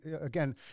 again